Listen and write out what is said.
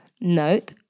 Nope